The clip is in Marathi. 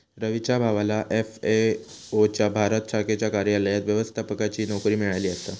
रवीच्या भावाला एफ.ए.ओ च्या भारत शाखेच्या कार्यालयात व्यवस्थापकाची नोकरी मिळाली आसा